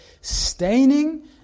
staining